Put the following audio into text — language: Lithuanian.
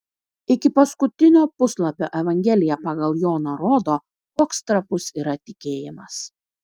iki paskutinio puslapio evangelija pagal joną rodo koks trapus yra tikėjimas